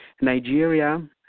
Nigeria